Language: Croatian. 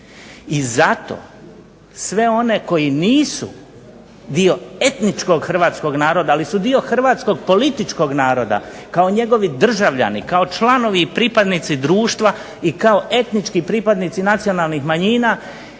i zato sve one koji nisu dio etničkog hrvatskog naroda ali su dio Hrvatskog političkog naroda, kao njegovi državljani, kao članovi i pripadnici društva i kao etnički pripadnici nacionalnih manjina,